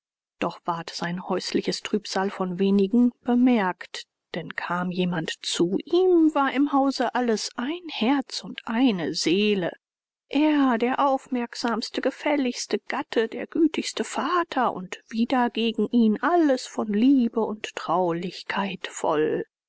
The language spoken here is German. doch ward sein häusliches trübsal von wenigen bemerkt denn kam jemand zu ihm war im hause alles ein herz und eine seele er der aufmerksamste gefälligste gatte der gütigste vater und wieder gegen ihn alles von liebe und traulichkeit voll